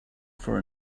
for